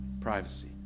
Privacy